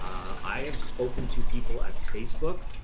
i have spoken to people at facebook.